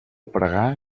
pregar